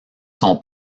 son